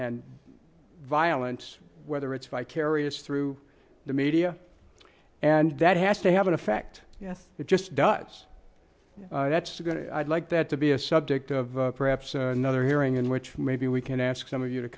and violence whether it's vicariously through the media and that has to have an effect yes it just does that's going to i'd like that to be a subject of perhaps another hearing in which maybe we can ask some